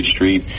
Street